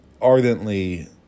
ardently